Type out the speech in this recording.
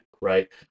right